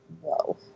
whoa